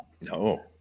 no